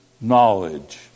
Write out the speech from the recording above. knowledge